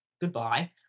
goodbye